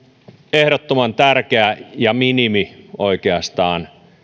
ehdottoman tärkeää ja minimi oikeastaan